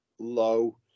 low